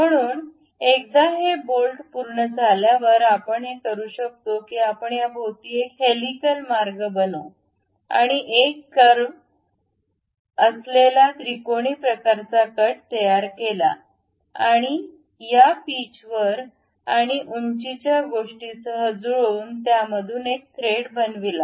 म्हणून एकदा हे बोल्ट पूर्ण झाल्यावर आपण हे करू शकतो की आपण याभोवती एक हेलिकल मार्ग बनवू आणि एक कर्व ता असलेल्या त्रिकोणी प्रकाराचा कट तयार केला आणि या पिचवर आणि उंचीच्या गोष्टीसह जुळवून त्यामधून एक थ्रेड बनविला